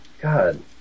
god